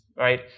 right